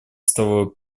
стало